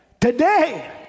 today